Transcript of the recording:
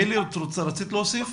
הילי רצית להוסיף?